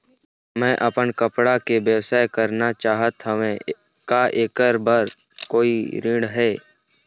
मैं अपन कपड़ा के व्यवसाय करना चाहत हावे का ऐकर बर कोई ऋण हे?